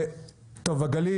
הגליל,